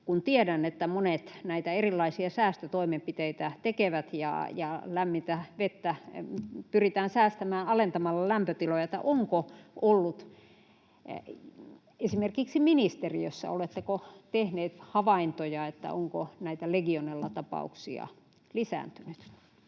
kun tiedän, että monet näitä erilaisia säästötoimenpiteitä tekevät ja lämmintä vettä pyritään säästämään alentamalla lämpötiloja: oletteko esimerkiksi ministeriössä tehneet havaintoja, ovatko nämä Legionella-tapaukset lisääntyneet?